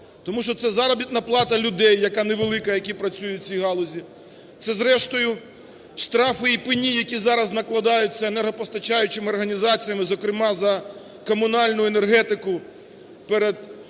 Тому що це заробітна плата людей, яка невелика, які працюють в цій галузі. Це, зрештою, штрафи і пені, які зараз накладаються енергопостачаючими організаціями, зокрема за комунальну енергетику перед підприємствами